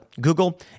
Google